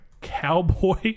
cowboy